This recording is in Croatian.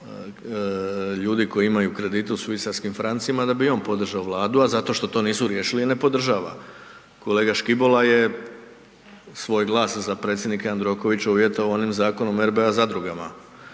ljudi koji imaju kredite u švicarskim francima da bi i on podržao Vladu, a zato što to nisu riješili ne podržava. Kolega Škibola je svoj glas za predsjednika Jandrokovića uvjetovao onim Zakonom o RBA zadrugama.